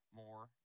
more